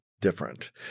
Different